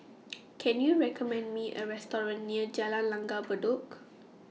Can YOU recommend Me A Restaurant near Jalan Langgar Bedok